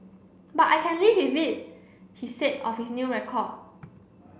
but I can live with it he said of his new record